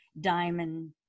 diamond